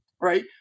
right